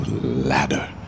ladder